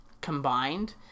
combined